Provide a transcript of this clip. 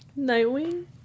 Nightwing